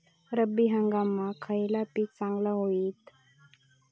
रब्बी हंगामाक खयला पीक चांगला होईत?